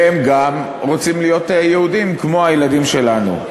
והם גם רוצים להיות יהודים כמו הילדים שלנו.